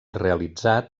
realitzat